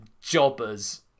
jobbers